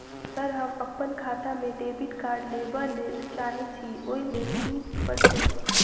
Sir हम अप्पन खाता मे डेबिट कार्ड लेबलेल चाहे छी ओई लेल की परतै?